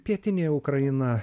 pietinė ukraina